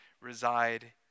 reside